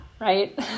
right